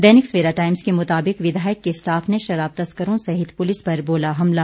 दैनिक Savera Times के मुताबिक विधायक के स्टाफ ने शराब तस्करों सहित पुलिस पर बोला हमला